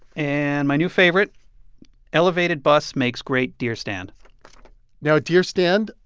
and my new favorite elevated bus makes great deer stand now, a deer stand,